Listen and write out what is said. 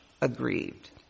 aggrieved